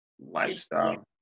lifestyle